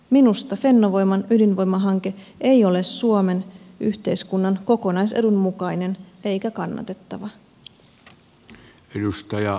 minusta fennovoiman ydinvoimahanke ei ole suomen yhteiskunnan kokonaisedun mukainen eikä kannatettava